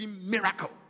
Miracle